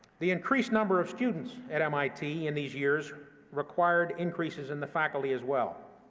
the increased number of students at mit in these years required increases in the faculty, as well,